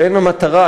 שהן המטרה,